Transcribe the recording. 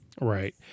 Right